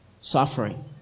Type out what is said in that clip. suffering